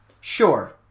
Sure